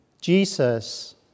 Jesus